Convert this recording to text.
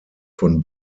von